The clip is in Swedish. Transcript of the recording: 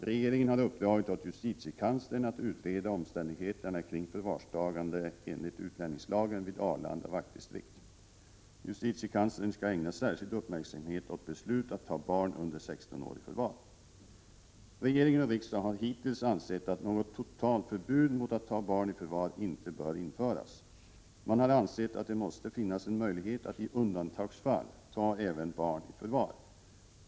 Regeringen har uppdragit åt justitiekanslern att utreda omständigheterna kring förvarstagande enligt utlänningslagen vid Arlanda vaktdistrikt. Justitiekanslern skall ägna särskild uppmärksamhet åt beslut att ta barn under 16 i förvar. Regering och riksdag har hittills ansett att något totalförbud mot att ta barn i förvar inte bör införas. Man har ansett att det måste finnas en möjlighet att i undantagsfall ta även barn i förvar.